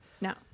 No